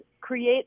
create